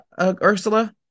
Ursula